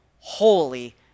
holy